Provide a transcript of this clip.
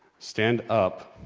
stand up